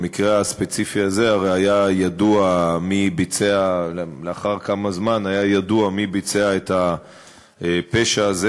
במקרה הספציפי הזה הרי היה ידוע לאחר כמה זמן מי ביצע את הפשע הזה,